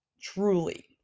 Truly